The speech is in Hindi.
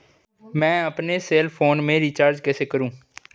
मैं अपने सेल फोन में रिचार्ज कैसे करूँ?